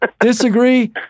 disagree